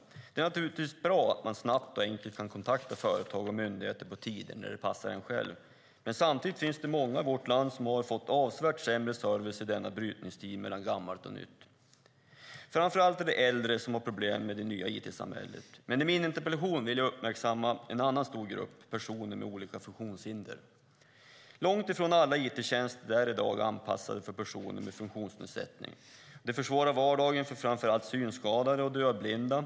Det är naturligtvis bra att man snabbt och enkelt kan kontakta företag och myndigheter på tider när det passar en själv. Men samtidigt finns det många i vårt land som har fått avsevärt sämre service i denna brytningstid mellan gammalt och nytt. Framför allt är det äldre som har problem med det nya it-samhället, men i min interpellation vill jag uppmärksamma en annan stor grupp, nämligen personer med olika funktionshinder. Långt ifrån alla it-tjänster är i dag anpassade för personer med funktionsnedsättningar. Det försvårar vardagen för framför allt synskadade och dövblinda.